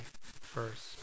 first